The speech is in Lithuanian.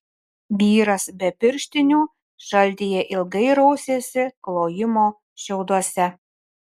vyras be pirštinių šaltyje ilgai rausėsi klojimo šiauduose